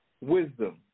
Wisdom